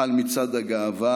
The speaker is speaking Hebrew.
על מצעד הגאווה.